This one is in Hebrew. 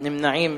אין נמנעים,